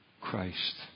Christ